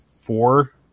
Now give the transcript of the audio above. four